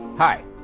Hi